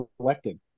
selected